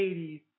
80s